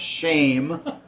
Shame